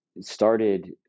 started